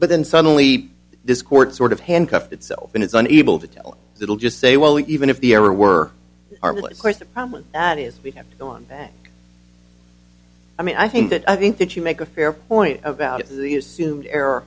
but then suddenly this court sort of handcuffed itself and it's unable to tell it'll just say well even if the error were armless course the problem that is we have to go on that i mean i think that i think that you make a fair point about the assumed error